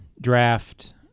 draft